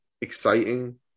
exciting